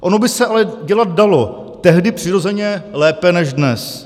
Ono by se ale dělat dalo, tehdy přirozeně lépe než dnes.